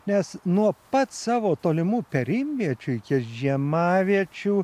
nes nuo pat savo tolimų perimviečių iki žiemaviečių